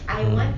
mm